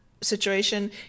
situation